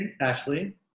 Ashley